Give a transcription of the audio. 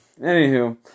Anywho